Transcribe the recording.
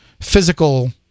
physical